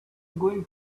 going